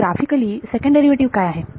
तर graphically second derivative काय आहे